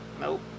Nope